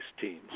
teams